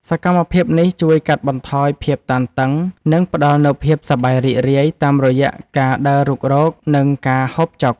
សកម្មភាពនេះជួយកាត់បន្ថយភាពតានតឹង និងផ្ដល់នូវភាពសប្បាយរីករាយតាមរយៈការដើររុករក និងការហូបចុក។